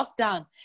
lockdown